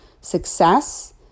success